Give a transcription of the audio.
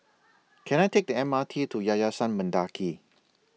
Can I Take The M R T to Yayasan Mendaki